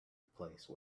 place